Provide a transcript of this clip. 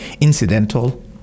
incidental